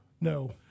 No